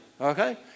okay